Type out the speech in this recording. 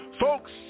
Folks